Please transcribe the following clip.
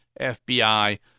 FBI